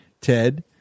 Ted